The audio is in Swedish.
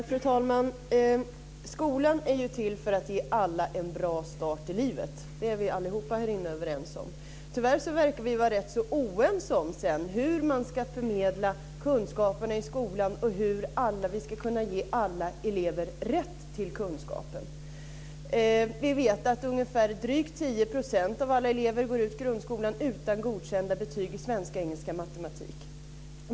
Fru talman! Skolan är till för att ge alla en bra start i livet. Det är vi allihop här inne överens om. Tyvärr verkar vi vara rätt oense om hur man ska förmedla kunskaperna i skolan och hur vi ska kunna ge alla elever rätt till kunskapen. Vi vet att drygt 10 % av alla elever går ut grundskolan utan godkända betyg i svenska, engelska och matematik.